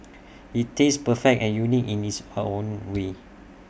IT tastes perfect and unique in its own way